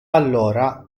allora